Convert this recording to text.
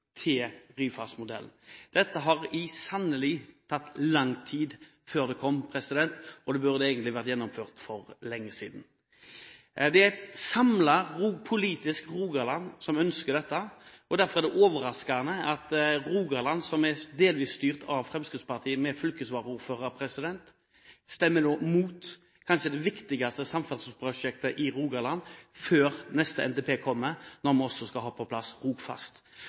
som ønsker dette. Derfor er det overraskende – Rogaland er delvis styrt av Fremskrittspartiet, med fylkesvaraordføreren – at man nå stemmer imot kanskje det viktigste samferdselsprosjektet i Rogaland før neste NTP, da vi også skal ha på plass Rogfast.